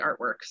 artworks